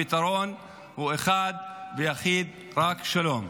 הפתרון הוא אחד ויחיד: רק שלום.